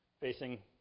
facing